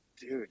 dude